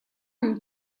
ont